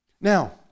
Now